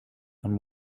and